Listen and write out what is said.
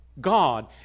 God